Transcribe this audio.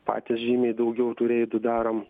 patys žymiai daugiau tų reidų darom